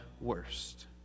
worst